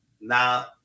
Now